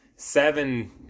Seven